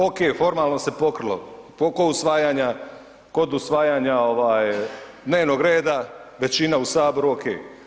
Ok, formalno se pokrilo kod usvajanja dnevnog reda, većina u saboru ok.